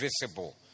visible